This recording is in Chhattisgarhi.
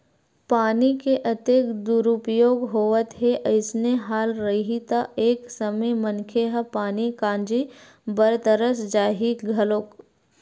पानी के अतेक दुरूपयोग होवत हे अइसने हाल रइही त एक समे मनखे ह पानी काजी बर तरस जाही घलोक